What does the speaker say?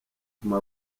ituma